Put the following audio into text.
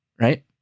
Right